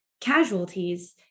casualties